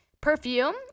Perfume